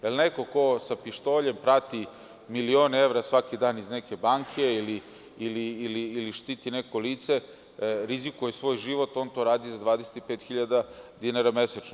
Jer, neko ko sa pištoljem prati milione evra svaki dan iz neke banke ili štiti neko lice, rizikuje svoj život, a to radi za 25 hiljada dinara, nije u redu.